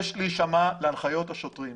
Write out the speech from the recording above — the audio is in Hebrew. יש להישמע להנחיות השוטרים.